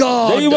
God